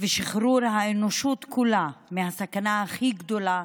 ושחרור האנושות כולה מהסכנה הכי גדולה